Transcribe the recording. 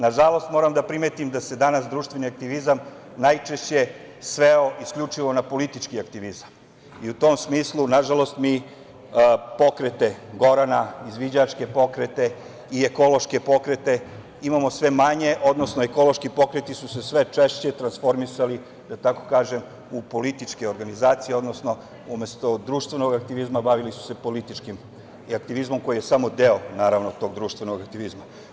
Nažalost, moram da primetim da se danas društveni aktivizam najčešće sveo isključivo na politički aktivizam i u tom smislu, nažalost, mi pokrete gorana, izviđačke pokrete i ekološke pokrete imamo sve manje, odnosno ekološki pokreti su se sve češće transformisali u političke organizacije, odnosno umesto društvenog aktivizma bavili su se političkim i aktivizmom koji je samo deo tog društvenog aktivizma.